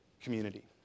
community